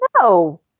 No